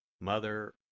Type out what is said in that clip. Mother